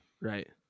Right